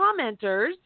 commenters